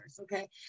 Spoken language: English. okay